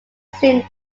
seen